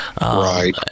Right